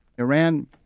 Iran